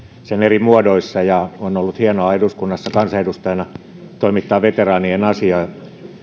sen eri muodoissa ja on ollut hienoa eduskunnassa kansanedustajana toimittaa veteraanien asiaa